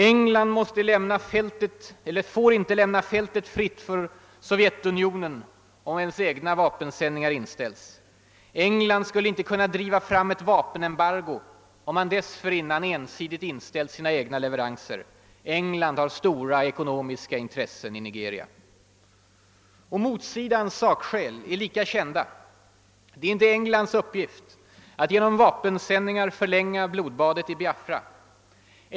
England skulle lämna fältet fritt för Sovjetunionen, om vapensändningarna inställdes. England skulle inte kunna driva fram ett vapenembargo, om man dessförinnan ensidigt inställt sina egna leveranser. England har stora ekonomiska intressen i Nigeria. Motsidans sakskäl är lika kända. Det är inte Englands uppgift att genom vapensändningar förlänga blodbadet i Biafra.